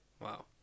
Wow